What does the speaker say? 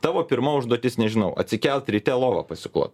tavo pirma užduotis nežinau atsikelt ryte lovą pasiklot